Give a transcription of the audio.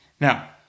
Now